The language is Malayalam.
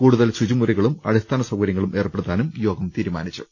കൂടുതൽ ശുചിമുറികളും അടിസ്ഥാനസൌകര്യങ്ങളും ഏർപ്പെടുത്താനും യോഗം തീരുമാനിച്ചു